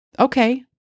okay